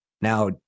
now